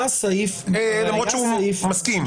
למרות שהוא מסכים.